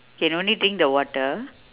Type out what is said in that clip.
can only drink the water